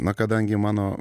na kadangi mano